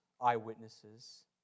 eyewitnesses